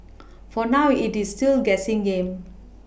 for now it is still a guessing game